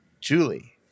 Julie